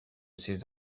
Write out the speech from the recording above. ces